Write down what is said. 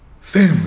family